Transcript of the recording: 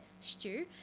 stew